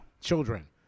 children